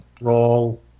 roll